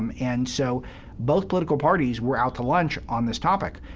um and so both political parties were out to lunch on this topic,